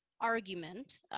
argument